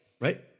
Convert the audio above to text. Right